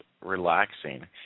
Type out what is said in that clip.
relaxing